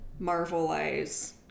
marvelize